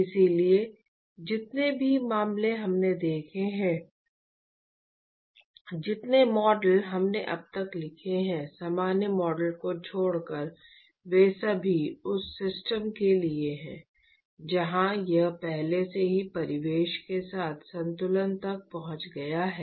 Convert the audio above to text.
इसलिए जितने भी मामले हमने देखे हैं जितने मॉडल हमने अब तक लिखे हैं सामान्य मॉडल को छोड़कर वे सभी उस सिस्टम के लिए हैं जहां यह पहले से ही परिवेश के साथ संतुलन तक पहुंच गया है